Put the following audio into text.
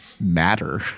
matter